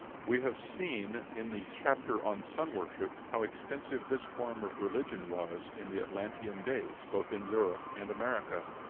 we have seen in the chapter on sun-worship how extensive this form of religion was in the atlantean days, both in europe and america.